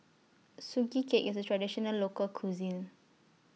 Sugee Cake IS A Traditional Local Cuisine